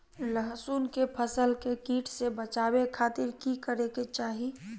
लहसुन के फसल के कीट से बचावे खातिर की करे के चाही?